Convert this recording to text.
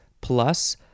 plus